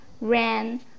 ran